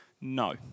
no